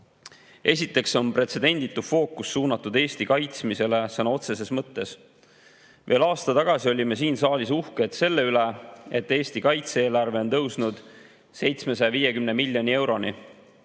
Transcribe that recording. Esiteks on pretsedenditu fookus suunatud Eesti kaitsmisele sõna otseses mõttes. Veel aasta tagasi olime siin saalis uhked selle üle, et Eesti kaitse-eelarve on tõusnud 750 miljoni euroni.